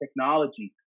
technology